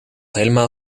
helemaal